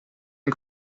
ein